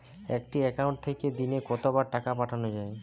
একটি একাউন্ট থেকে দিনে কতবার টাকা পাঠানো য়ায়?